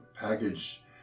package